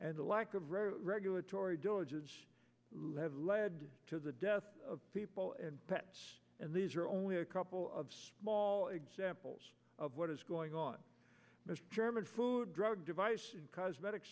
and the lack of rare regulatory diligence led led to the death of people and pets and these are only a couple of small examples of what is going on german food drug device cosmetic